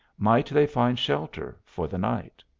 might they find shelter for the night?